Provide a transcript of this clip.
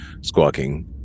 squawking